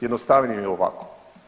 Jednostavnije je ovako.